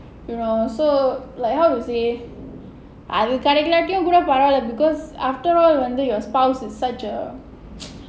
you know like so how to say அது கிடைக்காட்டையும் பரவால:adhu kidaikaatiyum paravaala because after all வந்து:vandhu your spouse is such a